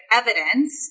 evidence